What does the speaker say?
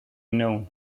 known